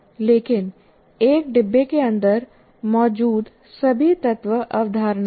लेकिन एक डिब्बा के अंदर मौजूद सभी तत्व अवधारणाएं हैं